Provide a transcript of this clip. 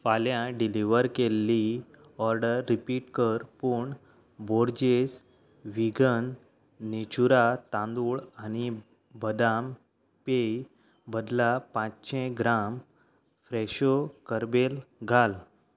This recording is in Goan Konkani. फाल्यां डिलिव्हर केल्ली ऑर्डर रिपीट कर पूण बोर्जेस व्हीगन नेचुरा तांदूळ आनी बदाम पेय बदला पांचशे ग्राम फ्रॅशो करबेल घाल